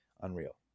unreal